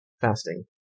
fasting